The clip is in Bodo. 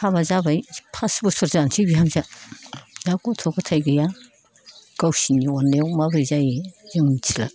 हाबा जाबाय फास बोसोर जानोसै बिहामजोआ दा गथ' गथाय गैया गावसोरनि अननायाव माबोरै जायो जों मिथिला